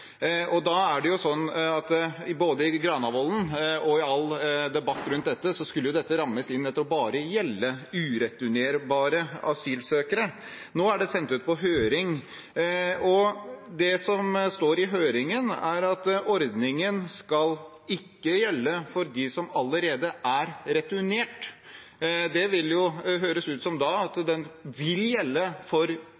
Da er det slik at i både Granavolden-plattformen og i all debatt rundt dette skulle dette rammes inn til bare å gjelde ureturnerbare asylsøkere. Nå er det sendt ut på høring, og det som står i høringsforslaget, er at ordningen ikke skal gjelde for dem som allerede er returnert. Det vil da høres ut som